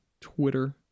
Twitter